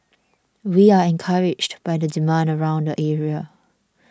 we are encouraged by the demand around the area